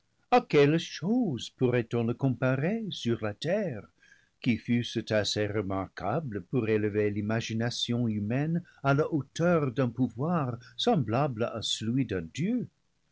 à quelles choses pourrait-on le comparer sur la terre qui fussent assez remarquables pour élever l'ima gination humaine à la hauteur d'un pouvoir semblable à celui d'un dieu